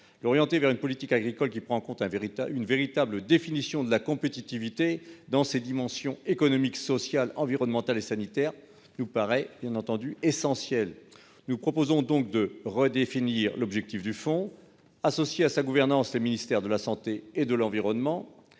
l'orienter vers une politique agricole qui prend en compte un véritable une véritable définition de la compétitivité dans ses dimensions économiques, sociales, environnementales et sanitaires nous paraît bien entendu essentiel. Nous proposons donc de redéfinir l'objectif du Fonds associées à sa gouvernance. Le ministère de la Santé et de l'environnement